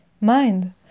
Mind